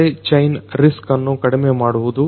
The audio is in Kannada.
ಸಪ್ಲೈಚೈನ್ ರಿಸ್ಕ್ಅನ್ನು ಕಡಿಮೆ ಮಾಡುವುದು